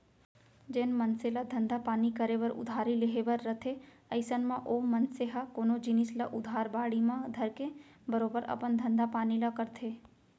जेन मनसे ल धंधा पानी करे बर उधारी लेहे बर रथे अइसन म ओ मनसे ह कोनो जिनिस ल उधार बाड़ी म धरके बरोबर अपन धंधा पानी ल करथे